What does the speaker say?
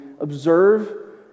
Observe